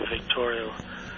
Victoria